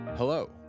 Hello